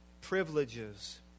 privileges